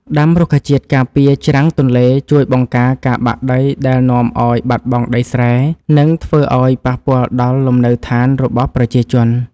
ដាំរុក្ខជាតិការពារច្រាំងទន្លេជួយបង្ការការបាក់ដីដែលនាំឱ្យបាត់បង់ដីស្រែ និង ធ្វើឱ្យប៉ះពាល់ដល់លំនៅឋានរបស់ប្រជាជន។